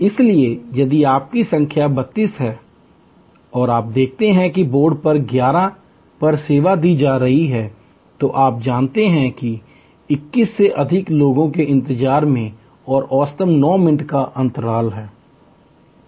इसलिए यदि आपकी संख्या 32 है और आप देखते हैं कि बोर्ड नंबर 11 पर सेवा दी जा रही है तो आप जानते हैं 21 से अधिक लोगों के इंतजार में और औसतन 9 मिनट का अंतराल है